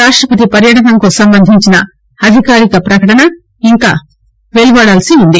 రాష్టపతి పర్యటనకు సంబంధించిన అధికారిక పకటన ఇక వెల్లువడాల్సి ఉంది